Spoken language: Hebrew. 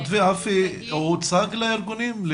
המתווה הוצג לארגונים?